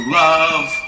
love